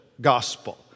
gospel